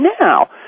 now